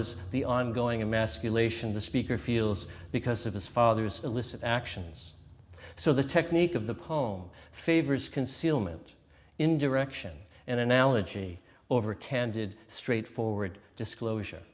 as the ongoing emasculation the speaker feels because of his father's illicit actions so the technique of the poem favors concealment in direction and analogy over candid straightforward disclosure